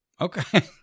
Okay